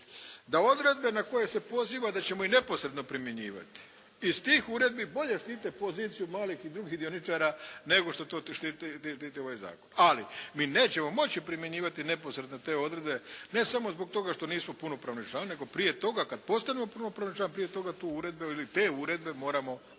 da odredbe na koje se poziva da ćemo ih neposredno primjenjivati iz tih uredbi bolje štite poziciju malih i drugih dioničara nego što to štiti ovaj Zakon, ali mi nećemo moći primjenjivati neposredno te odredbe ne samo zbog toga što nismo punopravni član, nego prije toga kad postanemo punopravni član prije toga tu uredbu ili te uredbe moramo preuzeti